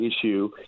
issue—